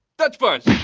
dutch punch!